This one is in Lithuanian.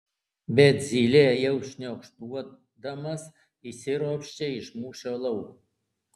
bet zylė jau šniokštuodamas išsiropščia iš mūšio lauko